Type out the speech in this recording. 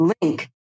link